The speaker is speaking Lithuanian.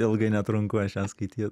ilgai netrunku aš ją skaityt